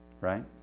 right